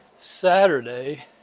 Saturday